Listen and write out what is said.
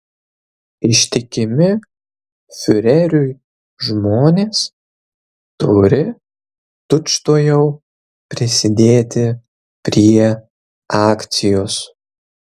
ištikimi fiureriui žmonės turi tučtuojau prisidėti prie akcijos